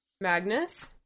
Magnus